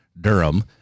Durham